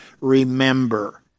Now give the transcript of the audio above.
remember